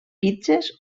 pizzes